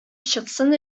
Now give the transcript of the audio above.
чыксын